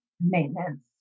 maintenance